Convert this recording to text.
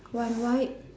one white